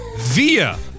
via